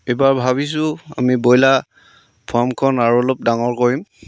এইবাৰ ভাবিছোঁ আমি ব্ৰইলাৰ ফাৰ্মখন আৰু অলপ ডাঙৰ কৰিম